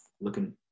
looking